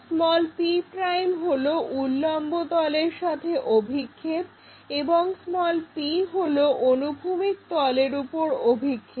p' হলো উল্লম্ব তলের সাথে অভিক্ষেপ এবং p হলো অনুভূমিক তলের উপর অভিক্ষেপ